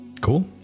Cool